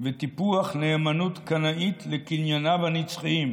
וטיפוח נאמנות קנאית לקנייניו הנצחיים.